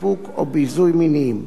סיפוק או ביזוי מיניים".